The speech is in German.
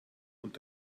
und